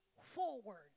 forward